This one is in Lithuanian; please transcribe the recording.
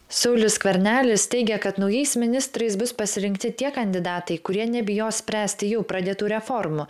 saulius skvernelis teigia kad naujais ministrais bus pasirinkti tie kandidatai kurie nebijos spręsti jau pradėtų reformų